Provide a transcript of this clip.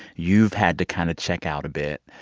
you've had to kind of check out a bit.